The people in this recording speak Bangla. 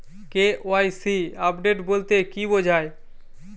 কে.ওয়াই.সি আপডেট বলতে কি বোঝায়?